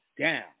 down